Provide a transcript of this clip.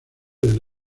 del